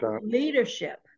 leadership